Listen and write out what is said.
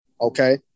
Okay